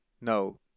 No